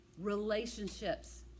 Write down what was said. relationships